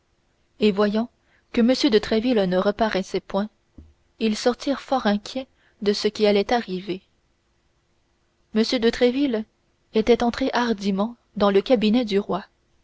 et voyant que m de tréville ne reparaissait point ils sortirent fort inquiets de ce qui allait arriver m de tréville était entré hardiment dans le cabinet du roi